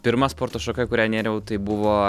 pirma sporto šaka į kurią nėriau tai buvo